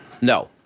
No